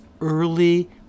early